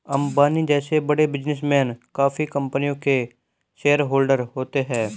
अंबानी जैसे बड़े बिजनेसमैन काफी कंपनियों के शेयरहोलडर होते हैं